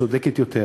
צודקת יותר,